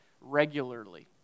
regularly